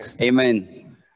Amen